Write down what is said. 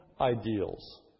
ideals